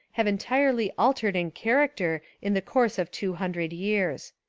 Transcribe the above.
have entirely altered in character in the course of two hundred years.